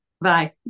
Bye